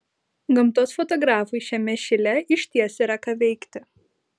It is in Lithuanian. gamtos fotografui šiame šile išties yra ką veikti